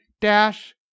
dash